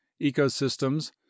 ecosystems